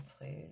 please